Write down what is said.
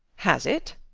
has it?